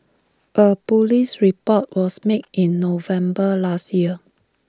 A Police report was made in November last year